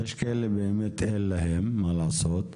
יש כאלה באמת אין להם, מה לעשות.